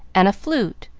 and a flute,